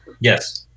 Yes